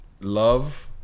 love